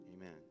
amen